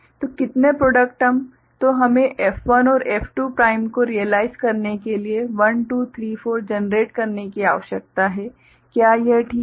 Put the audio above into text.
तो कितने product term तो हमें F1 और F2 प्राइम को रियलाइज करने के लिए 1 2 3 4 जनरेट करने की आवश्यकता है क्या यह ठीक है